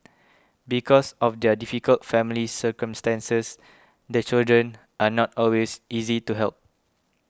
because of their difficult family circumstances the children are not always easy to help